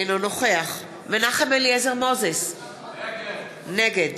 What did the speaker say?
אינו נוכח מנחם אליעזר מוזס, נגד